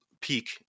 peak